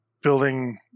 building